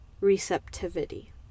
receptivity